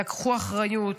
לקחו אחריות,